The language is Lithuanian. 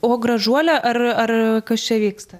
o gražuole ar ar kas čia vyksta